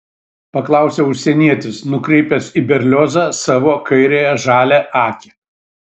paklausė užsienietis nukreipęs į berliozą savo kairiąją žalią akį